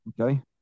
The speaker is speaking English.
Okay